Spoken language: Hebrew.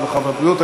הרווחה והבריאות.